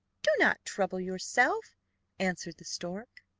do not trouble yourself answered the stork.